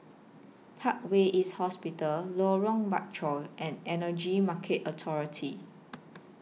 Parkway East Hospital Lorong Bachok and Energy Market Authority